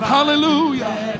Hallelujah